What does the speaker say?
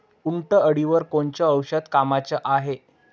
उंटअळीवर कोनचं औषध कामाचं हाये?